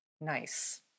Nice